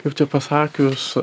kaip čia pasakius